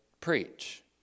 preach